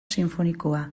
sinfonikoa